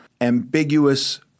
ambiguous